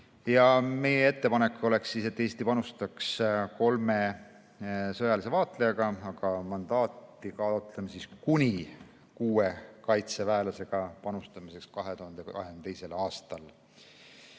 Meie ettepanek on, et Eesti panustaks kolme sõjalise vaatlejaga, aga mandaati taotleme kuni kuue kaitseväelasega panustamiseks 2022. aastal.